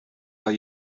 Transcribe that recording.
are